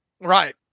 Right